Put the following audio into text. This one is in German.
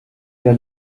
der